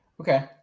Okay